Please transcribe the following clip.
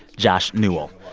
josh newell.